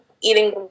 eating